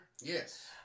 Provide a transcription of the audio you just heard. Yes